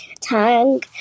tongue